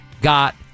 got